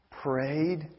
prayed